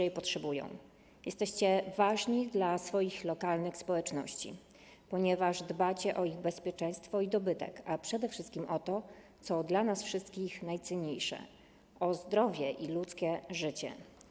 Jesteście ważni dla swoich lokalnych społeczności, ponieważ dbacie o ich bezpieczeństwo i dobytek, a przede wszystkim o to, co dla nas wszystkich najcenniejsze - o zdrowie i ludzkie życie.